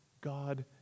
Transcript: God